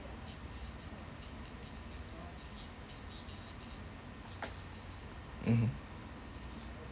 mmhmm